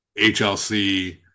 hlc